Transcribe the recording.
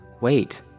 wait